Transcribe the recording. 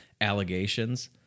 allegations